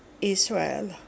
Israel